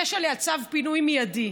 יש עליה צו פינוי מיידי,